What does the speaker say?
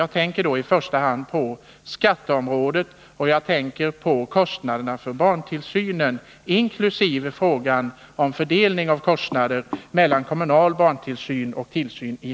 Jag tänker i första hand på